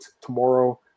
tomorrow